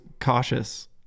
cautious